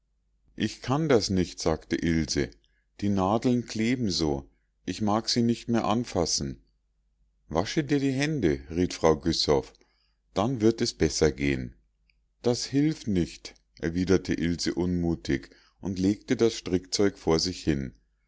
ich kann das nicht sagte ilse die nadeln kleben so ich mag sie nicht mehr anfassen wasche dir die hände riet fräulein güssow dann wird es besser gehen das hilft nicht erwiderte ilse unmutig und legte das strickzeug vor sich hin